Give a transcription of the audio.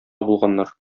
булганнар